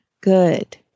Good